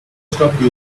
stopped